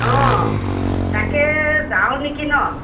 অঁ তাকে যাওঁ নেকি ন